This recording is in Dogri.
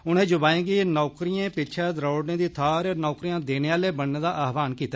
उनें युवाएं गी नौकरिए पिच्छे दौड़ने दी थाहर नौकरियां देने आले बनने दा आह्वाण कीता